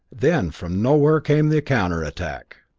then from nowhere came the counterattack!